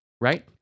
right